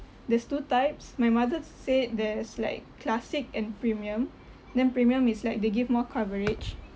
there's two types my mother s~ said there's like classic and premium then premium is like they give more coverage